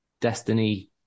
Destiny